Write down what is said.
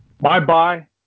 Bye-bye